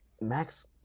Max